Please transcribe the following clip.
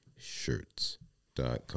shirts.com